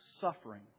suffering